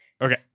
Okay